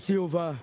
Silva